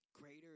Greater